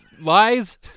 lies